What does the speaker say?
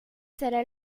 será